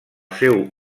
seu